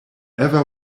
ever